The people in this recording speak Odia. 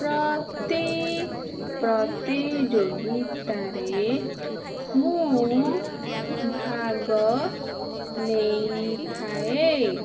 ପ୍ରତି ପ୍ରତିଯୋଗିତାରେ ମୁଁ ଭାଗ ନେଇଥାଏ